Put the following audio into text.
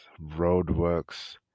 roadworks